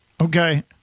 Okay